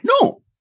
No